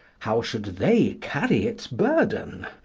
how should they carry its burden?